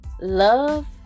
love